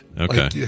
Okay